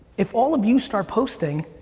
if all of you start posting,